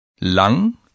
Lang